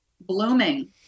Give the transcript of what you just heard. blooming